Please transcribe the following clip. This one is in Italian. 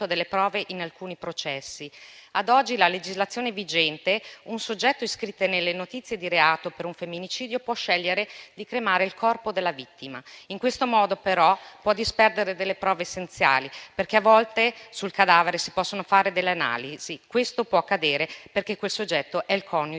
delle prove in alcuni processi. Ad oggi, a legislazione vigente, un soggetto iscritto nelle notizie di reato per un femminicidio può scegliere di cremare il corpo della vittima. In questo modo, però, può disperdere delle prove essenziali, perché a volte sul cadavere si possono fare delle analisi. Questo può accadere perché quel soggetto è il coniuge